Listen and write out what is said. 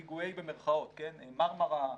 'פיגועי' במרכאות, מרמרה,